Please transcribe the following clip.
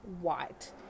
white